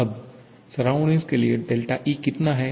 अब आसपास के लिए E कितना है